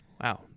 Wow